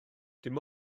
dim